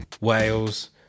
Wales